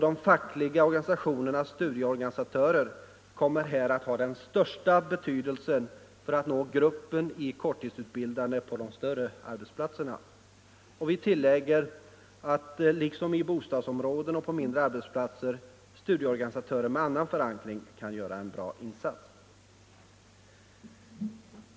De fackliga organisationernas studieorganisatörer kommer här att ha den största betydelsen för att vi skall kunna nå gruppen korttidsutbildade på de större arbetsplatserna. Och vi tillägger att där kan även, liksom i bostadsområden och på mindre arbetsplatser, studieorganisatörer med annan förankring göra en god insats.